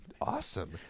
awesome